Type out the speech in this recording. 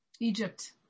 Egypt